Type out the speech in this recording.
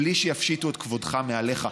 בלי שיפשיטו את כבודך מעליך.